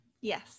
Yes